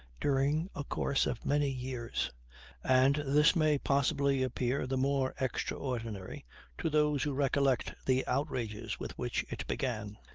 during a course of many years and this may possibly appear the more extraordinary to those who recollect the outrages with which it began.